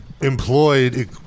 Employed